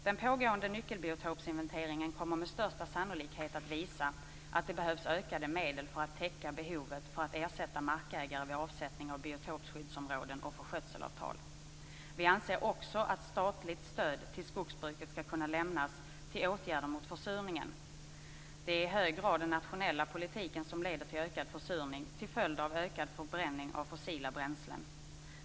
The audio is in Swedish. Den pågående nyckelbiotopsinventeringen kommer med största sannolikhet att visa att det behövs ökade medel för att täcka behovet för att ersätta markägare vid avsättning av biotopskyddsområden och för skötselavtal. Vi anser också att statligt stöd till skogsbruket skall kunna lämnas till åtgärder mot försurningen. Det är i hög grad den nationella politiken som leder till ökad försurning till följd av ökad förbränning av fossila bränslen.